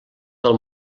del